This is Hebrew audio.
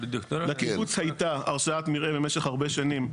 לקיבוץ הייתה הרשאת מרעה במשך הרבה שנים,